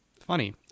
Funny